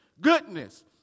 goodness